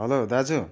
hello दाजु